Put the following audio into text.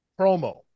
promo